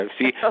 see